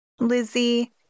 Lizzie